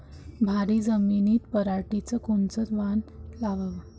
भारी जमिनीत पराटीचं कोनचं वान लावाव?